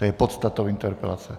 A to je podstatou interpelace.